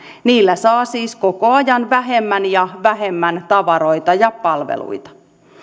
niillä saa siis koko ajan vähemmän ja vähemmän tavaroita ja palveluita